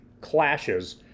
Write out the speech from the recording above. clashes